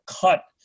cut